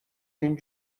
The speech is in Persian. این